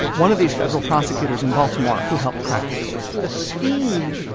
one of these federal prosecutors in baltimore who helped crack the case the scheme,